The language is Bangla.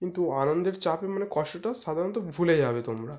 কিন্তু আনন্দের চাপে মানে কষ্টটাও সাধারণত ভুলে যাবে তোমরা